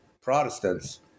Protestants